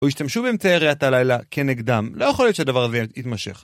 או ישתמשו באמצעי ראיית הלילה כנגדם, לא יכול להיות שהדבר הזה יתמשך.